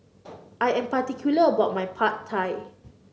I am particular about my Pad Thai